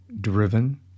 driven